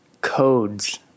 codes